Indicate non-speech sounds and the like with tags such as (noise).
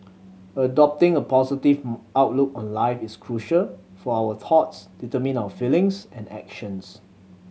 adopting a positive (unintelligible) outlook on life is crucial for our thoughts determine our feelings and actions